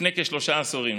לפני כשלושה עשורים.